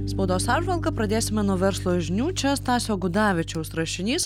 spaudos apžvalgą pradėsime nuo verslo žinių čia stasio gudavičiaus rašinys